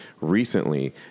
recently